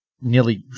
nearly